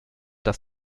das